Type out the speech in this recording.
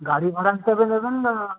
গাড়ি ভাড়া হিসাবে নেবেন না